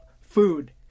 food